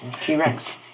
T-Rex